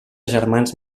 germans